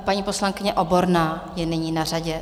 Paní poslankyně Oborná je nyní na řadě.